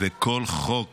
ובכל חוק